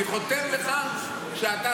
אני חותם לך שאתה,